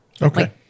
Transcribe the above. Okay